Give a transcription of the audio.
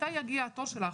מתי יגיע התור של האחרון?